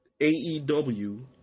AEW